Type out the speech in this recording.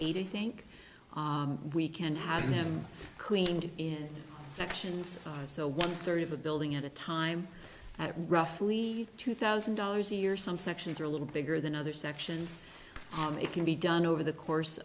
eighty think we can have them cleaned in sections so one third of a building at a time at roughly two thousand dollars a year some sections are a little bigger than other sections it can be done over the course